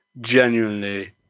Genuinely